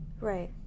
right